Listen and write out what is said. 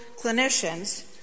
clinicians